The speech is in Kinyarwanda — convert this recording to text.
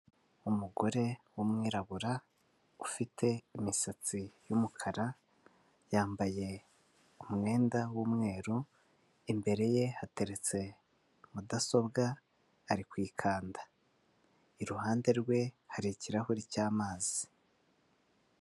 Umugore w'umwirabura ufite imisatsi y'umukara, yambaye umwenda w'umweru imbere ye hateretse mudasobwa ari kuyikanda, iruhande rwe, hari ikirahuri cy'amazi.